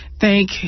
thank